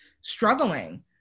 struggling